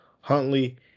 Huntley